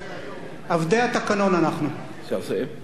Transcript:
למה לא ביקשת קודם?